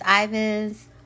Ivins